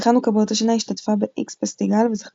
בחנוכה באותה שנה השתתפה ב-"X פסטיגל" וזכתה